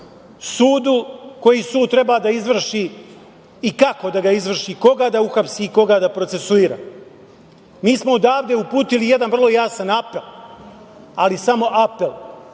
sudu koji sud treba da izvrši i kako da ga izvrši i koga da uhapsi i koga da procesuira. Mi smo odavde uputili jedan vrlo jasan apel, ali samo apel